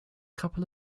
couple